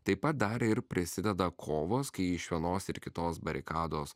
tai pat dar ir prisideda kovos kai iš vienos ir kitos barikados